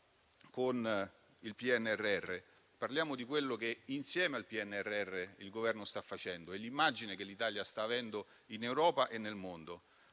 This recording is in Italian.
con il PNRR, parliamo di quello che, insieme al PNRR, il Governo sta facendo e dell'immagine che l'Italia sta avendo in Europa e nel mondo.